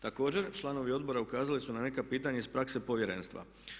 Također, članovi odbora ukazali su na neka pitanja iz prakse povjerenstva.